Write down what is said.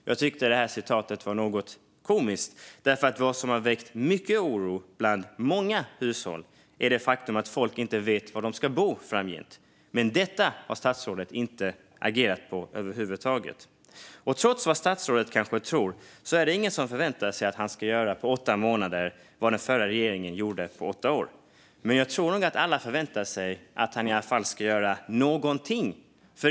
Jag tyckte att detta uttalande var något komiskt. Vad som har väckt mycket oro bland många hushåll är nämligen det faktum att folk inte vet var de ska bo framöver. Men detta har statsrådet inte agerat på över huvud taget. Trots att statsrådet kanske tror det är det ingen som förväntar sig att han på åtta månader ska göra vad den förra regeringen gjorde på åtta år, men jag tror nog att alla förväntar sig att han i alla fall ska göra någonting.